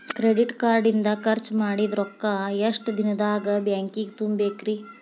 Credit card ಇಂದ್ ಖರ್ಚ್ ಮಾಡಿದ್ ರೊಕ್ಕಾ ಎಷ್ಟ ದಿನದಾಗ್ ಬ್ಯಾಂಕಿಗೆ ತುಂಬೇಕ್ರಿ?